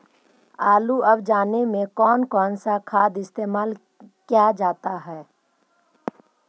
आलू अब जाने में कौन कौन सा खाद इस्तेमाल क्या जाता है?